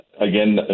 Again